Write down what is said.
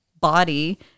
body